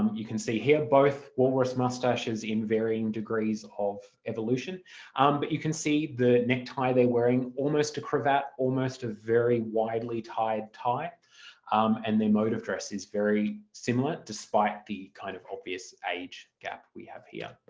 um you can see here both walrus moustaches in varying degrees of evolution um but you can see the neck tie they're wearing, almost a cravat, almost a very widely tied tie and their mode of dress is very similar despite the kind of obvious age gap we have here.